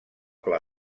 pla